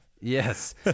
Yes